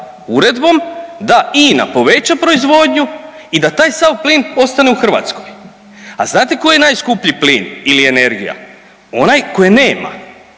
uredbom da INA poveća proizvodnju i da taj sav plin ostane u Hrvatskoj. A znate koji je najskuplji plin ili energija? Onaj koje nema.